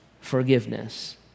forgiveness